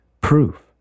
proof